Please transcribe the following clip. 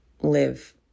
live